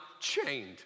chained